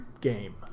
game